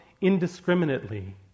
indiscriminately